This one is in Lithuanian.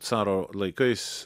caro laikais